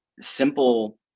simple